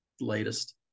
latest